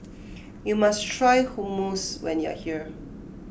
you must try Hummus when you are here